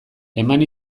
eman